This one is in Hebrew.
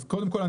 אז קודם כול,